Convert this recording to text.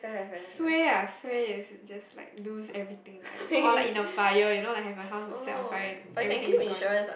suay ah suay just like loose everything that I own or like in a fire you know like have my house set on fire and everything is gone